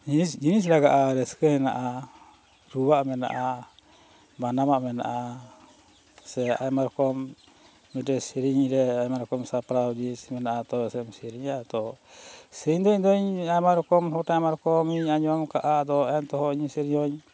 ᱡᱤᱱᱤᱥ ᱞᱟᱜᱟᱜᱼᱟ ᱨᱟᱹᱥᱠᱟᱹ ᱦᱮᱱᱟᱜᱼᱟ ᱨᱩᱣᱟᱜ ᱢᱮᱱᱟᱜᱼᱟ ᱵᱟᱱᱟᱢᱟᱜ ᱢᱮᱱᱟᱜᱼᱟ ᱥᱮ ᱟᱭᱢᱟ ᱨᱚᱠᱚᱢ ᱢᱤᱫᱴᱮᱡ ᱥᱮᱨᱮᱧ ᱨᱮ ᱟᱭᱢᱟ ᱨᱚᱠᱚᱢ ᱥᱟᱯᱲᱟᱣ ᱡᱤᱱᱤᱥ ᱢᱮᱱᱟᱜᱼᱟ ᱛᱚ ᱥᱮᱢ ᱥᱮᱨᱮᱧᱟ ᱛᱚ ᱥᱮᱨᱮᱧ ᱫᱚ ᱤᱧᱫᱚᱧ ᱟᱭᱢᱟ ᱨᱚᱠᱚᱢ ᱦᱚᱲ ᱟᱭᱢᱟ ᱨᱚᱠᱚᱢᱤᱧ ᱟᱸᱡᱚᱢ ᱟᱠᱟᱜᱼᱟ ᱟᱫᱚ ᱮᱱᱛᱮᱦᱚᱸ ᱤᱧ ᱥᱮᱨᱮᱧᱟᱹᱧ